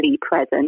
present